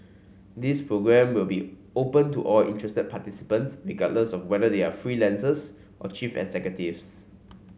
this program will be open to all interested participants regardless of whether they are freelancers or chief executives